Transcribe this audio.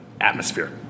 atmosphere